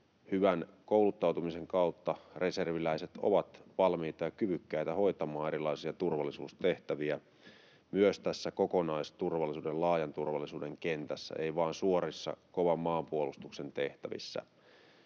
hyvän kouluttautumisen kautta reserviläiset ovat valmiita ja kyvykkäitä hoitamaan erilaisia turvallisuustehtäviä myös tässä kokonaisturvallisuuden, laajan turvallisuuden kentässä, ei vain suorissa, kovan maanpuolustuksen tehtävissä.